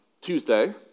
Tuesday